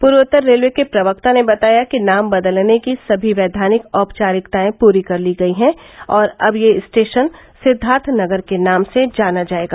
पूर्वोत्तर रेलवे के प्रवक्ता ने बताया कि नाम बदलने की सभी वैधानिक औपचारिकताए पूरी कर ली गयी हैं और अब यह स्टेशन सिद्धार्थनगर के नाम से जाना जाएगा